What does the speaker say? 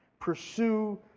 Pursue